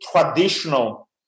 traditional